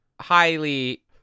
highly